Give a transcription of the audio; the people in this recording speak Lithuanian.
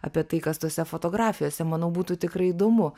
apie tai kas tose fotografijose manau būtų tikrai įdomu